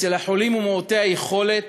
אצל החולים ומעוטי היכולת,